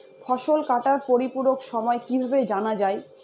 ফসল কাটার পরিপূরক সময় কিভাবে জানা যায়?